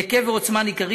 היקף ועוצמה ניכרים.